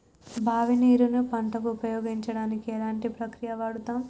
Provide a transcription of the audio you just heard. బావి నీరు ను పంట కు ఉపయోగించడానికి ఎలాంటి ప్రక్రియ వాడుతం?